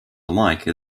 alike